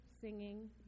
singing